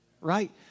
right